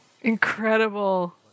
incredible